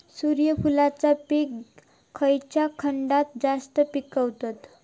सूर्यफूलाचा पीक खयच्या खंडात जास्त पिकवतत?